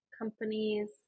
companies